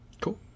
Cool